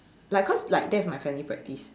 like cause like that is my family practice